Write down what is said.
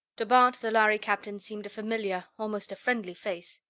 to bart, the lhari captain seemed a familiar, almost a friendly face.